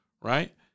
right